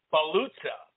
Baluta